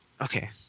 Okay